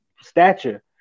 stature